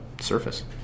surface